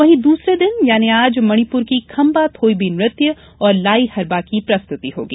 वहीं दूसरे दिन आज मणिप्र की खंबा थोइबि नृत्य और लाइ हरबा की प्रस्तुति होगी